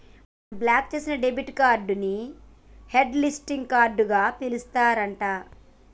మనం బ్లాక్ చేసిన debit card ని హట్ లిస్టింగ్ కార్డుగా పిలుస్తారు అంట